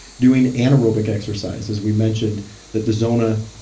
doing anaerobic exercise as we mentioned that the zona,